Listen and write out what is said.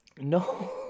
No